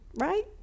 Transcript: right